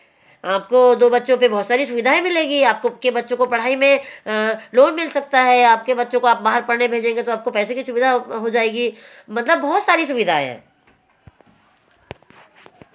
आपको दो बच्चों पर बहुत सारी सुविधाएँ मिलेगी आपको के बच्चो पढ़ाई में लोन मिल सकता है आपके बच्चों को आप बाहर पढ़ने भेजेंगे तो आपको पैसे की सुविधा हो जाएगी मतलब बहुत सारी सुविधाएँ हैं